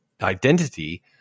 identity